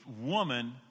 woman